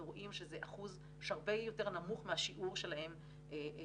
אנחנו רואים שזה אחוז שהוא הרבה יותר נמוך מהשיעור שלהם באוכלוסייה.